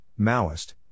Maoist